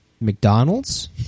McDonald's